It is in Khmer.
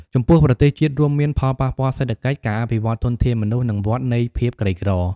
ចំពោះប្រទេសជាតិ រួមមាន ផលប៉ះពាល់សេដ្ឋកិច្ច ការអភិវឌ្ឍធនធានមនុស្ស និងវដ្តនៃភាពក្រីក្រ។